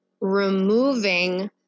removing